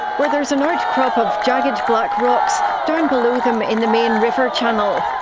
where there's an ah outcrop of jagged black rocks, down below them in the main river channel.